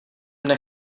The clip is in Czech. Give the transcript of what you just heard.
mne